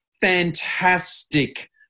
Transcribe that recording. fantastic